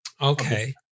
Okay